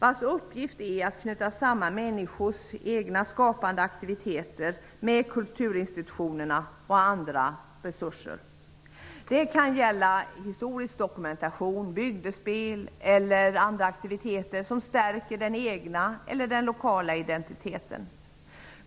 Deras uppgift är att knyta samman människors egna skapande aktiviteter med kulturinstitutioner och andra resurser. Det kan gälla historisk dokumentation, bygdespel eller andra kulturella aktiviteter som stärker den egna eller den lokala identiteten.